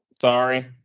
Sorry